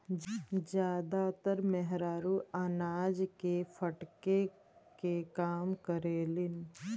जादातर मेहरारू अनाज के फटके के काम करेलिन